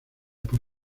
por